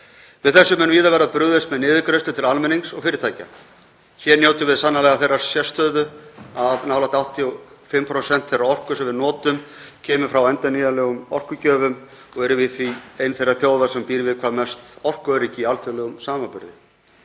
Við þessu mun víða verða brugðist með niðurgreiðslum til almennings og fyrirtækja. Hér njótum við sannarlega þeirrar sérstöðu að nálægt 85% þeirrar orku sem við notum koma frá endurnýjanlegum orkugjöfum og erum við því ein þeirra þjóða sem býr við hvað mest orkuöryggi í alþjóðlegum samanburði.